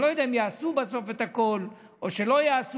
אני לא יודע אם יעשו בסוף את הכול או שלא יעשו,